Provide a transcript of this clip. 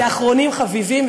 ואחרונים חביבים,